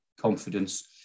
confidence